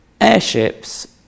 Airships